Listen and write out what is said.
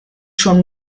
schon